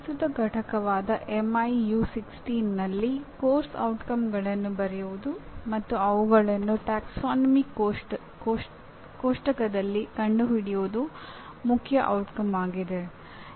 ಪ್ರಸ್ತುತ ಪಠ್ಯವಾದ M1U16 ನಲ್ಲಿ ಪಠ್ಯಕ್ರಮದ ಪರಿಣಾಮಗಳನ್ನು ಬರೆಯುವುದು ಮತ್ತು ಅವುಗಳನ್ನು ಪ್ರವರ್ಗ ಕೋಷ್ಟಕದಲ್ಲಿ ಕಂಡುಹಿಡಿಯುವುದು ಮುಖ್ಯ ಪರಿಣಾಮವಾಗಿದೆ